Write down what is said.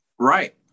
Right